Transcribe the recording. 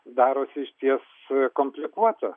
darosi išties komplikuota